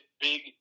big